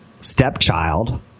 stepchild